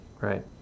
right